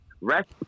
rest